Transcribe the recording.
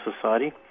Society